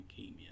leukemia